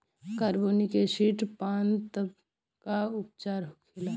Carbolic acid पान तब का उपचार होखेला?